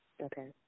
Okay